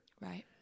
Right